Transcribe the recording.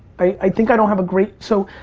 i think i don't have a great, so,